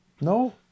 No